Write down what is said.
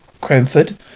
Cranford